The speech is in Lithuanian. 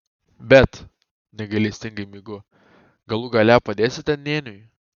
bet negailestingai mygu galų gale padėsite nėniui